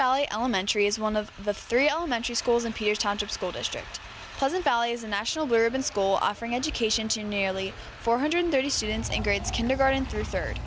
valley elementary is one of the three elementary schools and school district pleasant valley is a national urban school offering education to nearly four hundred thirty students in grades kindergarten through third